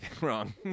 wrong